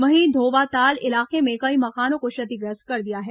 वहीं धोवाताल इलाके में कई मकानों को क्षतिग्रस्त कर दिया है